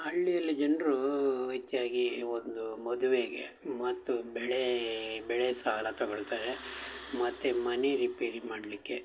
ಹಳ್ಳಿಯಲ್ಲಿ ಜನರು ಹೆಚ್ಚಾಗಿ ಒಂದು ಮದುವೆಗೆ ಮತ್ತು ಬೆಳೇ ಬೆಳೆ ಸಾಲ ತಗೋಳ್ತಾರೆ ಮತ್ತು ಮನೆ ರಿಪೇರಿ ಮಾಡಲಿಕ್ಕೆ